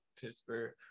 pittsburgh